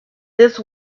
this